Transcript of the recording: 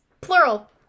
plural